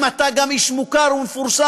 אם אתה גם איש מוכר ומפורסם,